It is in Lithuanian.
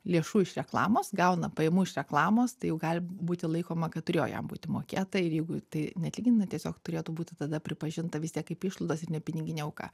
lėšų iš reklamos gauna pajamų iš reklamos tai jau gali būti laikoma kad turėjo jam būti mokėta ir jeigu tai neatlygintina tiesiog turėtų būti tada pripažinta vis tiek kaip išlaidos ir nepiniginė auka